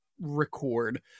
record